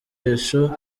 ibisubizo